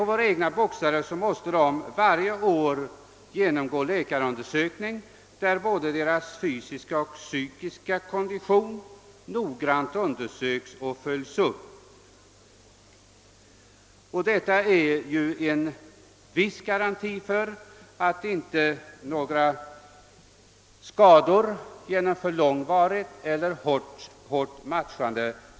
Våra egna boxare måste varje år genomgå en läkarundersökning, där både deras fysiska och psykiska kondition noggrant undersöks och följs upp. Detta utgör en viss garanti för att skador inte skall uppstå på grund av för långvarigt eller för hårt matchande.